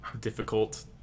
difficult